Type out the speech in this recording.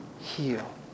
heal